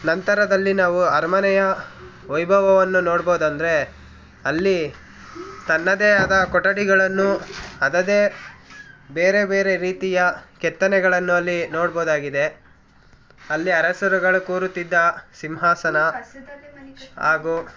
ನಂತರದಲ್ಲಿ ನಾವು ಅರಮನೆಯ ವೈಭವವನ್ನು ನೋಡ್ಬೋದೆಂದರೆ ಅಲ್ಲಿ ತನ್ನದೇ ಆದ ಕೊಠಡಿಗಳನ್ನು ಅದದೇ ಬೇರೆ ಬೇರೆ ರೀತಿಯ ಕೆತ್ತನೆಗಳನ್ನು ಅಲ್ಲಿ ನೋಡ್ಬೋದಾಗಿದೆ ಅಲ್ಲಿ ಅರಸರುಗಳು ಕೂರುತ್ತಿದ್ದ ಸಿಂಹಾಸನ ಹಾಗೂ